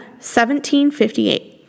1758